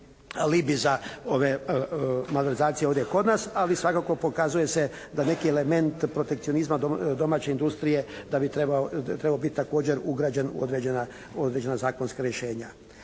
alibi za ove malverzacije ovdje kod nas, ali svakako pokazuje se da neki element protekcionizma domaće industrije da bi trebao biti također ugrađen u određena zakonska rješenja.